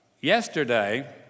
yesterday